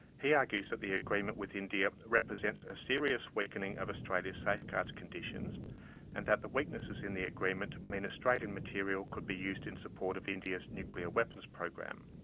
he argues that the agreement with india represents a serious weakening of australia's. safeguards conditions and that weaknesses in the agreement mean australian material could be used in support of india's nuclear weapon program.